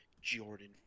Jordan